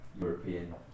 European